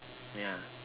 ya